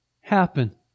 happen